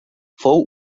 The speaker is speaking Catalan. fou